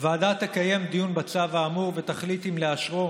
הוועדה תקיים דיון בצו האמור ותחליט אם לאשרו,